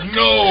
no